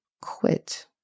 quit